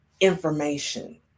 information